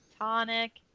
tonic